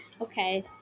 Okay